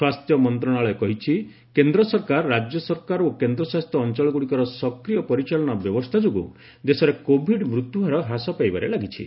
ସ୍ୱାସ୍ଥ୍ୟ ମନ୍ତ୍ରଣାଳୟ କହିଛି କେନ୍ଦ୍ର ସରକାର ରାଜ୍ୟ ସରକାର ଓ କେନ୍ଦ୍ରଶାସିତ ଅଞ୍ଚଳଗୁଡ଼ିକର ସକ୍ରିୟ ପରିଚାଳନା ବ୍ୟବସ୍ଥା ଯୋଗୁଁ ଦେଶରେ କୋଭିଡ୍ ମୃତ୍ୟୁ ହାର ହ୍ରାସ ପାଇବାରେ ଲାଗିଛି